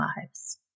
lives